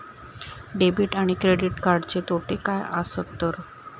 Debit आणि credit कार्डचे तोटे काय आसत तर?